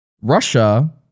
Russia